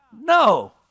No